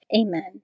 Amen